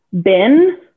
bin